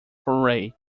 foray